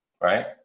right